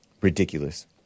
Ridiculous